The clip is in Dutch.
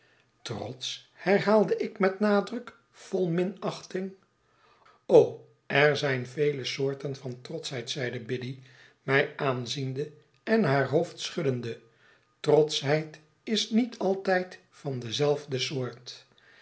trotsch herhaalde ik met een nadruk vol minachting er zijn vele soorten van trotschheid zeide biddy mij aanziende en haar hoofd schuddende trotschheid is niet altijd van dezelfde soort